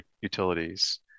utilities